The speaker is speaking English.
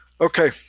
Okay